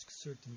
certain